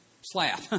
slap